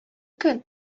көн